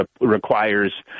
requires